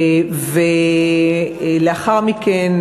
לאחר מכן,